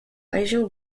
région